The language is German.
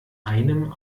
einem